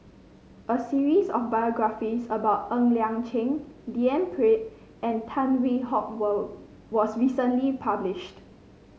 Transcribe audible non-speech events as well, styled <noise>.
a series of biographies about Ng Liang Chiang D N Pritt and Tan Hwee Hock <unintelligible> was recently published